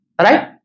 Right